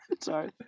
sorry